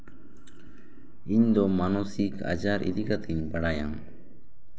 ᱤᱧ ᱫᱚ ᱢᱟᱱᱚᱥᱤᱠ ᱟᱡᱟᱨ ᱤᱫᱤ ᱠᱟᱛᱮᱧ ᱵᱟᱲᱟᱭᱟ